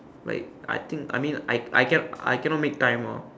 like I think I mean I I cannot I cannot make time ah